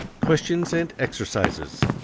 questions and exercises